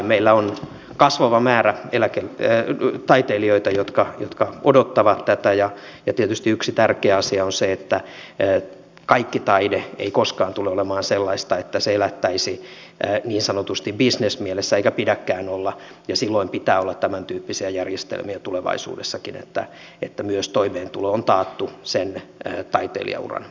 meillä on kasvava määrä taiteilijoita jotka odottavat tätä ja tietysti yksi tärkeä asia on se että kaikki taide ei koskaan tule olemaan eikä sen pidäkään olla sellaista että se elättäisi niin sanotusti bisnesmielessä ja silloin pitää olla tämäntyyppisiä järjestelmiä tulevaisuudessakin niin että toimeentulo on taattu myös sen taiteilijauran jälkeen